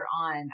on